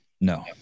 No